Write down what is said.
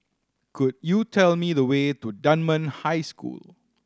could you tell me the way to Dunman High School